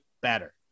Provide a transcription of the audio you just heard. better